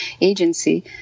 agency